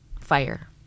fire